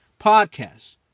podcast